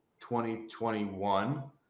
2021